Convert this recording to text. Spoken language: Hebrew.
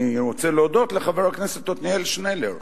אני רוצה להודות לחבר הכנסת עתניאל שנלר,